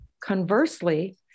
Conversely